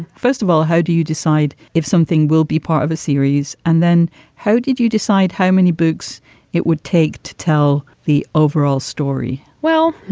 first of all, how do you decide if something will be part of the series and then how did you decide how many books it would take to tell the overall story? well,